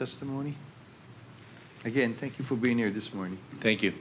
testimony again thank you for being here this morning thank you